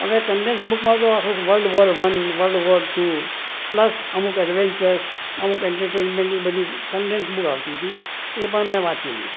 હવે કંડેન્સ બુકમાં તો world war one world war two plus અમુક એડવન્ચરસ અમુક ઍન્ટરટટાઈમેન્ટની બધી બૂકો આવતી હતી એ પણ મેં વાંચી લીધી